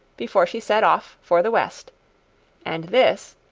before she set off for the west and this,